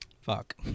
Fuck